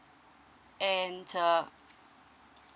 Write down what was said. and uh